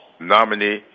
nominee